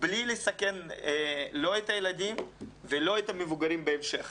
בלי לסכן לא את הילדים ולא את המבוגרים בהמשך.